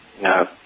No